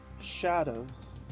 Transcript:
shadows